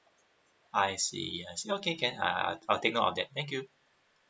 I see I see okay can I I I'll take note on that thank you